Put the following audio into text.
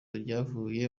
ivyavuye